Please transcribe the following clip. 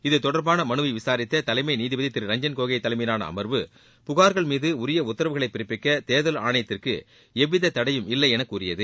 இது தொடர்பான மனுவை விசாித்த தலைமை நீதிபதி ரஞ்சன் கோகோய் தலைமையிலான அமர்வு புகார்கள் மீது உரிய உத்தரவுகளை பிறப்பிக்க தேர்தல் ஆணையத்திற்கு எவ்வித தடையும் இல்லை என கூறியது